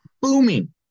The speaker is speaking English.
Booming